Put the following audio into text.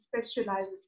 specializes